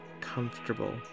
comfortable